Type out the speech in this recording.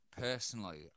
Personally